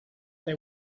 they